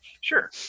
Sure